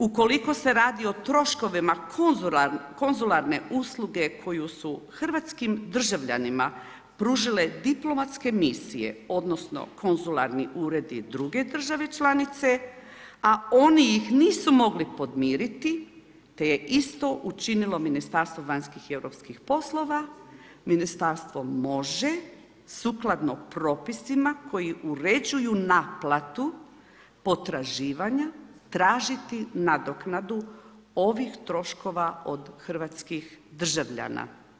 Ukoliko se radi o troškovima konzularne usluge koju su hrvatskim državljanima pružale diplomatske misije odnosno konzularni uredi druge države članice, a oni ih nisu mogli podmiriti te je isto učinilo Ministarstvo vanjskih i europskih poslova, ministarstvo može sukladno propisima koji uređuju naplatu potraživanja tražiti nadoknadu ovih troškova od hrvatskih državljana.